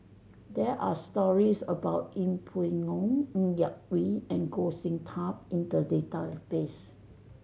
there are stories about Yeng Pway Ngon Ng Yak Whee and Goh Sin Tub in the database